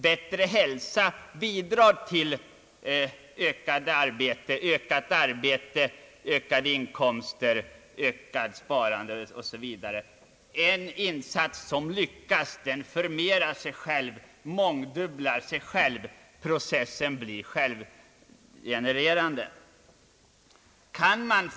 Bättre hälsa bidrar exempelvis till ökat arbete och detta till ökade inkomster, ökat sparande etc. En insats som lyckas mångdubblar sig själv. Processen blir självgenererande.